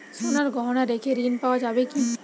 সোনার গহনা রেখে ঋণ পাওয়া যাবে কি?